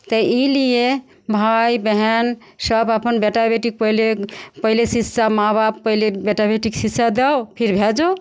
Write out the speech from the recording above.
तऽ एहिलिए भाइ बहिन सभ अपन बेटा बेटीकेँ पहिले पहिले शिक्षा माँ बाप पहिले बेटा बेटीकेँ शिक्षा दहो फेर भेजहो